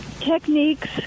techniques